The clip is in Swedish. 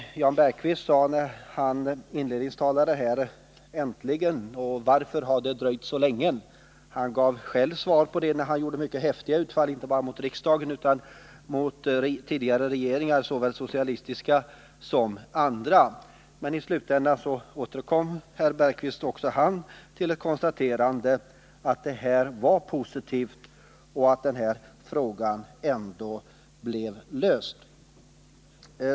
Jan Bergqvist utropade när han här inledningstalade: Äntligen! och frågade varför lagändringen har dröjt så länge. Han gav själv svar på den frågan när han gjorde mycket häftiga utfall inte bara mot riksdagen utan — Nr 51 också mot tidigare regeringar, såväl socialistiska som andra. Till slut Torsdagen den konstaterade dock också herr Bergqvist att detta förslag är positivt och att — 13 december 1979 denna fråga ändå blir löst.